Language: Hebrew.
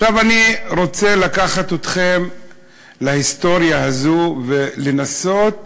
עכשיו אני רוצה לקחת אתכם להיסטוריה הזו ולנסות